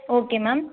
okay ma'am